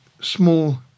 small